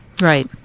Right